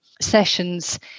sessions